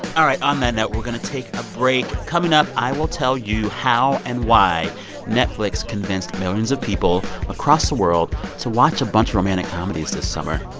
all right. on that note, we're going to take a break. coming up, i will tell you how and why netflix convinced millions of people across the world to watch a bunch of romantic comedies this summer.